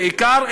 בעיקר,